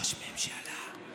מה קורה איתם?